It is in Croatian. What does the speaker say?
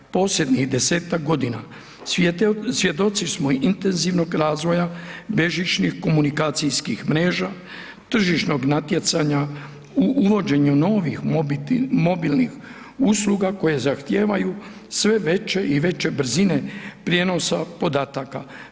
Posljednjih 10-tak godina svjedoci smo intenzivnog razvoja bežičnih komunikacijskih mreža, tržišnog natjecanja u uvođenju novih mobilnih usluga koje zahtijevaju sve veće i veće brzine prijenosa podataka.